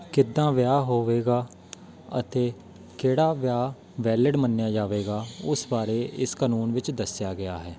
ਕਿੱਦਾਂ ਵਿਆਹ ਹੋਵੇਗਾ ਅਤੇ ਕਿਹੜਾ ਵਿਆਹ ਵੈਲਿਡ ਮੰਨਿਆ ਜਾਵੇਗਾ ਉਸ ਬਾਰੇ ਇਸ ਕਾਨੂੰਨ ਵਿੱਚ ਦੱਸਿਆ ਗਿਆ ਹੈ